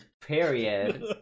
Period